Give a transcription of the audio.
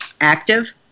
active